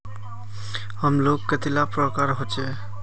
Home loan कतेला प्रकारेर होचे?